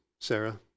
Sarah